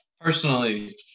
Personally